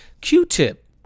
Q-Tip